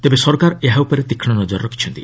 ତେବେ ସରକାର ଏହା ଉପରେ ତୀକ୍ଷଣ ନଜର ରଖିଛନ୍ତି